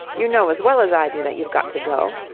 you know as well as i do that you've got to go.